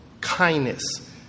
kindness